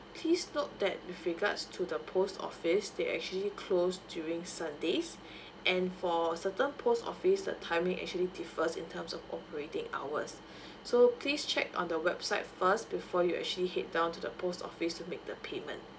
please note that with regards to the post office they actually closed during sundays and for certain post office the timing actually differs in terms of operating hours so please check on the website first before you actually head down to the post office to make the payment